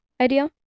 idea